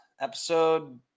Episode